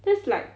that's like